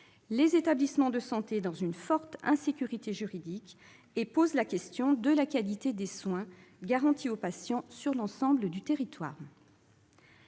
les établissements de santé dans une forte insécurité juridique, et qui pose la question de la qualité des soins garantie aux patients sur l'ensemble du territoire.